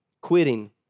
Quitting